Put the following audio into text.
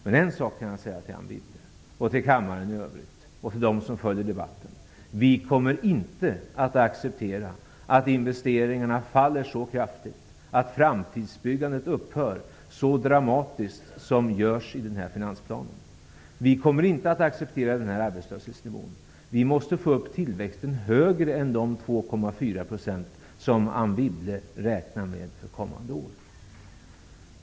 Men en sak kan jag säga till Anne Wibble, till kammaren i övrigt och till dem som följer debatten: Vi kommer inte att acceptera att investeringarna faller så kraftigt att framtidsbyggandet upphör så dramatiskt som det gör i den här finansplanen. Vi kommer inte att acceptera den här arbetslöshetsnivån. Tillväxten måste bli högre än de 2,4 % som Anne Wibble räknar med inför kommande år.